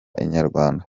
inyarwanda